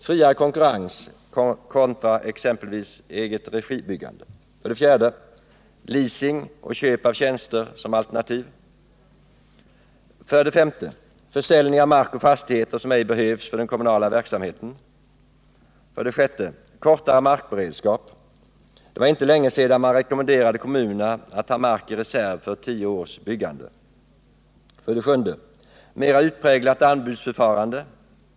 Friare konkurrens kontra exempelvis egenregibyggande. 6. Kortare markberedskap. Det var inte länge sedan man rekommenderade kommunerna att ha mark i reserv för tio års byggande. 7. Mer utpräglat anbudsförfarande.